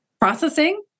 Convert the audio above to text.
processing